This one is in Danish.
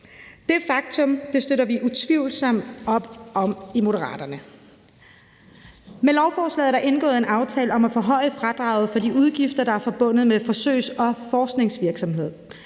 Det faktum støtter vi utvivlsomt op om i Moderaterne. Med lovforslaget er der indgået en aftale om at forhøje fradraget for de udgifter, der er forbundet med forsøgs- og forskningsvirksomhed.